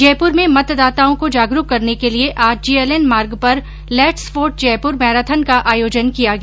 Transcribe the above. जयपुर में मतदाताओं को जागरूक करने के लिए आज जेएलएन मार्ग पर लेट्स वोट जयपूर मैराथन का आयोजन किया गया